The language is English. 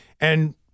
and-